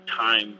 time